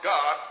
God